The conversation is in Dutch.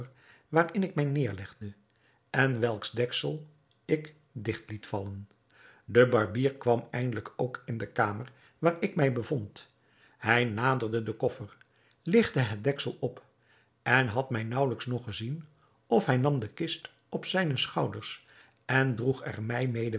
waarin ik mij neêrlegde en welks deksel ik digt liet vallen de barbier kwam eindelijk ook in de kamer waar ik mij bevond hij naderde den koffer ligtte het deksel op en had mij naauwelijks nog gezien of hij nam de kist op zijne schouders en droeg er mij mede